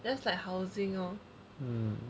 that's like housing lor